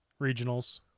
Regionals